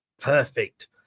Perfect